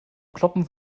kloppen